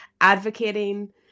advocating